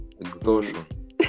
exhaustion